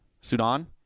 Sudan